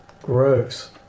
Gross